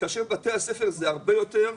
כאשר מספר בתי הספר הוא הרבה יותר.